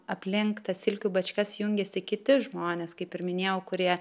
aplink tas silkių bačkas jungiasi kiti žmonės kaip ir minėjau kurie